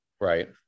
Right